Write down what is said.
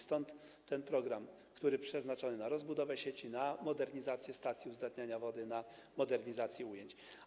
Stąd ten program, który przeznaczony jest na rozbudowę sieci, na modernizację stacji uzdatniania wody, na modernizację ujęć.